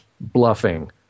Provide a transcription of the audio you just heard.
bluffing